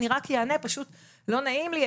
אני רק אענה פשוט לא נעים לי,